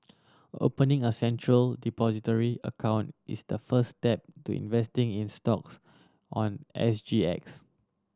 opening a Central Depository account is the first step to investing in stocks on S G X